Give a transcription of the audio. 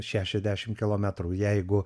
šešiasdešim kilometrų jeigu